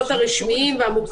מעונות יום לפעוטות.